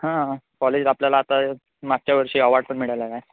हां कॉलेज आपल्याला आता मागच्या वर्षी अवॉर्ड पण मिळालेलं आहे